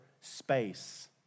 space